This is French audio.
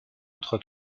entre